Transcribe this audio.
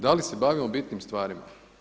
Da li se bavimo bitnim stvarima?